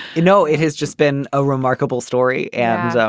you know it has just been a remarkable story. and so